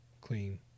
clean